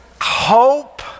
hope